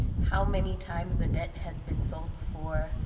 how many times the debt has been sold before.